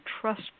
trust